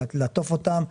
לעטוף אותם.